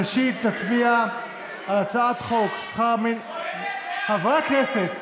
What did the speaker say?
ראשית, נצביע על הצעת חוק, חברי הכנסת,